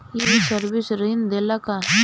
ये सर्विस ऋण देला का?